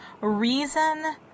reason